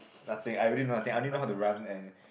nothing I really know nothing I only know how to run and